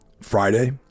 Friday